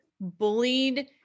bullied